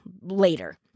later